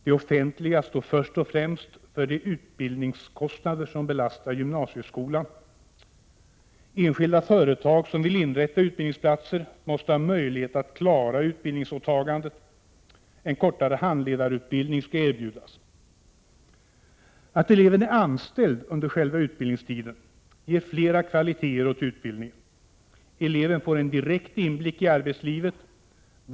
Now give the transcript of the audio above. Det offentliga står först och främst för de utbildningskostnader som belastar gymnasieskolan. Enskilda företag som vill inrätta utbildningsplatser måste ha möjlighet att klara utbildningsåtagandet. En kortare handledarutbildning skall erbjudas. Att eleven är anställd under själva utbildningstiden ger flera kvaliteter åt utbildningen. Eleven får en direkt inblick i arbetslivet.